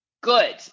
good